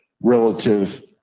relative